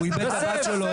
הוא איבד את הבת שלו.